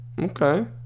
Okay